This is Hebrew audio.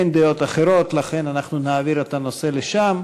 אין דעות אחרות, לכן אנחנו נעביר את הנושא לשם.